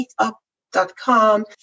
meetup.com